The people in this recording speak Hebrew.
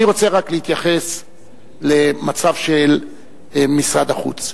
אני רוצה רק להתייחס למצב של משרד החוץ.